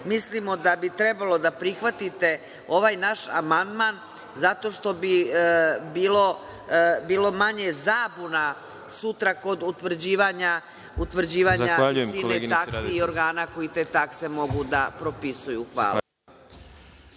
mislimo da bi trebalo da prihvatite ovaj naš amandman zato što bi bilo manje zabuna sutra kod utvrđivanja visine taksi i organa koji te takse mogu da propisuju. Hvala.